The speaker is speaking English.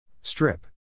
Strip